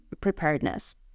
preparedness